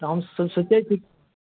तऽ हम सब सोचै छी